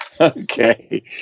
Okay